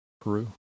Peru